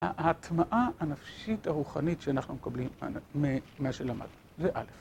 ההטמעה הנפשית הרוחנית שאנחנו מקבלים ממה שלמדנו, זה א'.